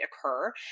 occur